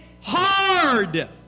hard